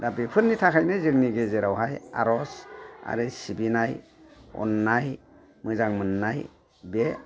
दा बेफोरनि थाखायनो जोंनि गेजेराव हाय आरज आरो सिबिनाय अननाय मोजां मोननाय बे